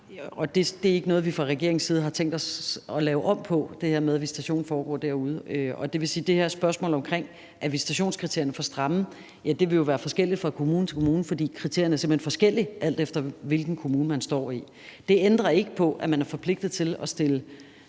er ikke noget, vi fra regeringens side har tænkt os at lave om på. Det vil sige, at i forhold til spørgsmålet om, hvorvidt visitationskriterierne er for stramme, vil det være forskelligt fra kommune til kommune, fordi kriterierne simpelt hen er forskellige, alt efter hvilken kommune man er i. Det ændrer ikke på, at man er forpligtet til at stille